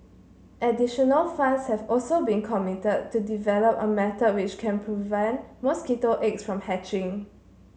additional funds have also been committed to develop a method which can prevent mosquito eggs from hatching